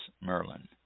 Merlin